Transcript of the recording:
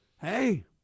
hey